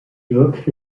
évoque